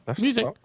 music